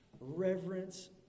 reverence